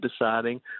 deciding